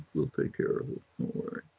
we'll take care of you.